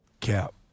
Cap